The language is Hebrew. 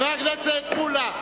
כמה פעמים אתה יכול, חבר הכנסת מולה.